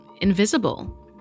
invisible